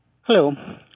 Hello